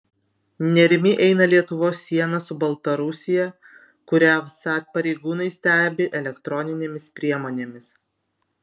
nerimi eina lietuvos siena su baltarusija kurią vsat pareigūnai stebi elektroninėmis priemonėmis